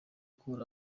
cool